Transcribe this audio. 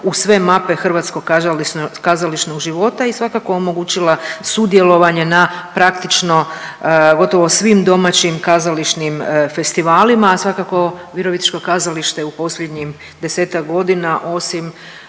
u sve mape hrvatskog kazališnog života i svakako omogućila sudjelovanje na praktično gotovo svim domaćim kazališnim festivalima, a svakako Virovitičko kazalište i u posljednjim 10-tak godina osim